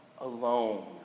alone